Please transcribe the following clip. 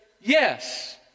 yes